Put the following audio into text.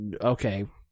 okay